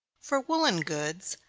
for woollen goods,